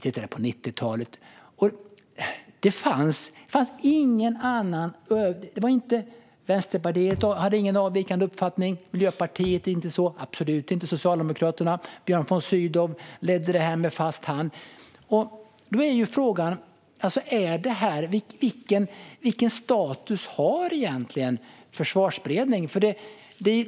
Det fanns ingen avvikande uppfattning - inte från Vänsterpartiet, inte från Miljöpartiet och absolut inte från Socialdemokraterna. Björn von Sydow ledde arbetet med fast hand. Nu är frågan: Vilken status har egentligen Försvarsberedningen?